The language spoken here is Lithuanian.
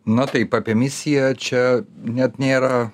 na taip apie misiją čia net nėra